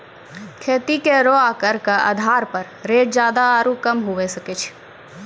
खेती केरो आकर क आधार पर रेट जादा आरु कम हुऐ सकै छै